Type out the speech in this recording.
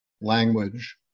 language